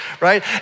right